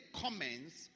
comments